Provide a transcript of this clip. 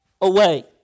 away